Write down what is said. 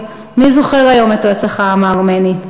הוא העיר: מי זוכר היום את רצח העם הארמני?